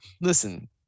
Listen